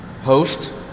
host